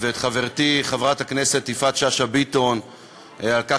ואת חברתי חברת הכנסת יפעת שאשא ביטון על כך